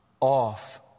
off